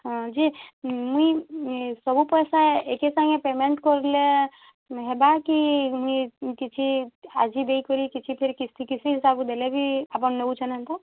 ହଁ ଯିଏ ମୁଇଁ ଏ ସବୁ ପଇସା ଏକେ ସାଙ୍ଗେ ପେମେଣ୍ଟ କରଲେ ହେବା କି ମୁଇଁ କିଛି ଆଜି ଦେଇ କରି କିଛି ଫେର୍ କିସ୍ତି କିସ୍ତି ହିସାବେ ଦେଲେ ବି ଆପଣ ନେଉଛନ୍ ହେନ୍ତା